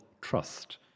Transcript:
trust